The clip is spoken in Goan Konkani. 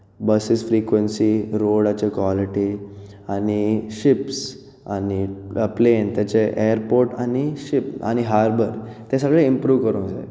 बसीस फ्रिक्वेंसी रोडाचें क्वालिटी आनी शिप्स आनी प्लेन ताचे एयरपोर्ट आनी शिप्स आनी हार्बर तें सगळें इम्प्रूव करूंक जाय